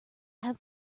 have